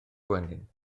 gwenyn